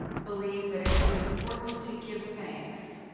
believe that it's important to give thanks,